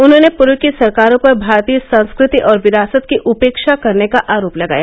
उन्होंने पूर्व की सरकारों पर भारतीय संस्कृति और विरासत की उपेक्षा करने का आरोप लगाया